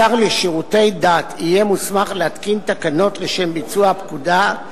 השר לשירותי דת יהיה מוסמך להתקין תקנות לשם ביצוע הפקודה,